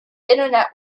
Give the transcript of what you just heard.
internet